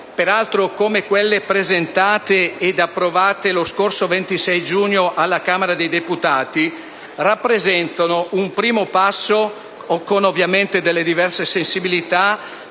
stamani, come quelle presentate ed approvate lo scorso 26 giugno alla Camera dei deputati, rappresentano un primo passo, ovviamente con diverse sensibilità,